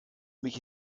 mich